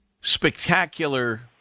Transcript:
spectacular